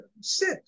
sit